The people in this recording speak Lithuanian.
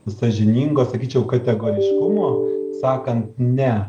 sąžiningo sakyčiau kategoriškumo sakant ne